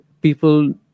people